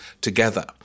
together